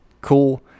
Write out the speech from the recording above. cool